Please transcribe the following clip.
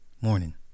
morning